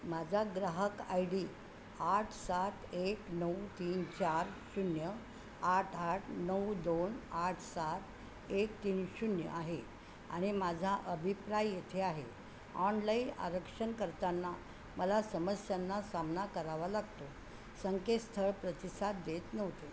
माझा ग्राहक I D आठ सात एक नऊ तीन चार शून्य आठ आठ नऊ दोन आठ सात एक तीन शून्य आहे आणि माझा अभिप्राय येथे आहे ऑनलाईन आरक्षण करताना मला समस्यांना सामना करावा लागतो संकेत स्थळ प्रतिसाद देत नव्हते